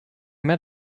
met